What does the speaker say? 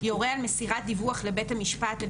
יורה על מסירת דיווח לבית המשפט על